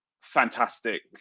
Fantastic